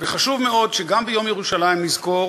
חשוב מאוד שגם ביום ירושלים נזכור